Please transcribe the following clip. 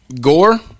gore